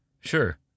Sure